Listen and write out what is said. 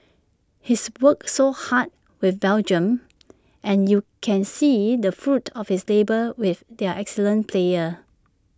he's worked so much with Belgium and you can see the fruits of his labour with their excellent players